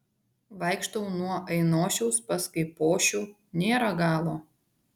vaikštau nuo ainošiaus pas kaipošių nėra galo